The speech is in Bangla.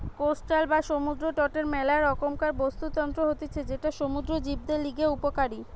কোস্টাল বা সমুদ্র তটের মেলা রকমকার বাস্তুতন্ত্র হতিছে যেটা সমুদ্র জীবদের লিগে উপকারী